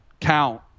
count